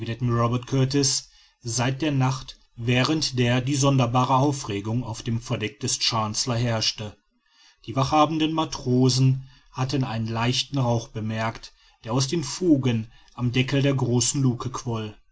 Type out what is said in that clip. robert kurtis seit der nacht während der die sonderbare aufregung auf dem verdeck des chancellor herrschte die wachthabenden matrosen hatten einen leichten rauch bemerkt der aus den fugen am deckel der großen luke quoll